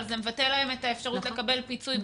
אבל זה מבטל להם את האפשרות לקבל פיצוי,